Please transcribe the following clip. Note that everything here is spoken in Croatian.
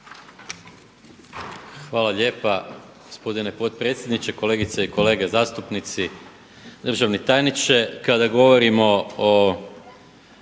Hvala lijepa gospodine potpredsjedniče, kolegice i kolege zastupnici, državni tajniče.